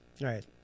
right